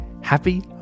happy